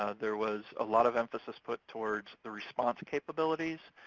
ah there was a lot of emphasis put towards the response capabilities,